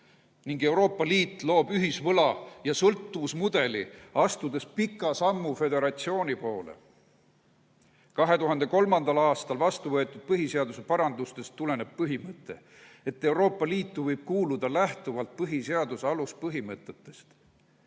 ning Euroopa Liit loob ühisvõla ja sõltuvusmudeli, astudes pika sammu föderatsiooni poole. 2003. aastal vastuvõetud põhiseaduse parandustest tuleneb põhimõte, et Euroopa Liitu võib kuuluda lähtuvalt põhiseaduse aluspõhimõtetest.